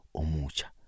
omucha